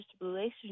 relationship